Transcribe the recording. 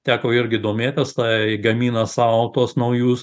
teko irgi domėtis tai gamina sau tuos naujus